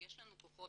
יש לנו כוחות